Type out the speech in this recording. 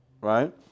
Right